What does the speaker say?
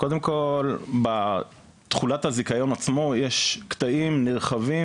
קודם כל בתכולת הזיכיון עצמו יש קטעים נרחבים